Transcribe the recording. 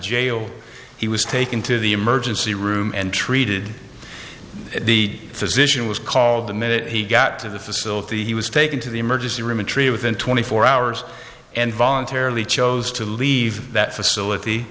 jail he was taken to the emergency room and treated at the physician was called the minute he got to the facility he was taken to the emergency room a tree within twenty four hours and voluntarily chose to leave that facility